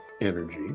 energy